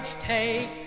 Take